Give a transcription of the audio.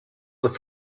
the